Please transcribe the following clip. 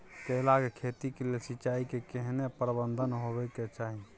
केला के खेती के लेल सिंचाई के केहेन प्रबंध होबय के चाही?